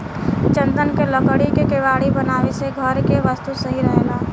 चन्दन के लकड़ी के केवाड़ी बनावे से घर के वस्तु सही रहेला